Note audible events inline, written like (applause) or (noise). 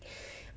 (breath)